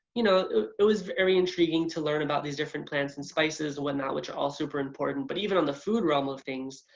you know it was very intriguing to learn about these different plants and spices and whatnot which are all super important. but even on the food realm of things,